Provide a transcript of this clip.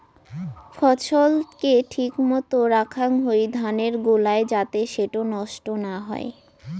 ফছল কে ঠিক মতো রাখাং হই ধানের গোলায় যাতে সেটো নষ্ট না হই